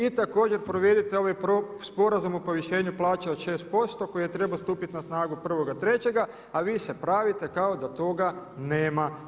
I također provedite ovaj sporazum o povišenju plaća od 6% koji je trebao stupiti na snagu 1.3. a vi se pravite kao da toga nema.